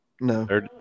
No